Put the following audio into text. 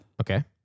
Okay